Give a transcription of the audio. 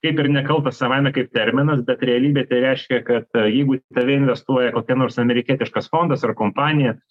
kaip ir nekaltas savaime kaip terminas bet realybėj tai reiškia kad jeigu į tave investuoja kokia nors amerikietiškas fondas ar kompanija